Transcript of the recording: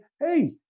Hey